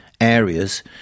areas